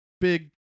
big